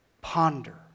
ponder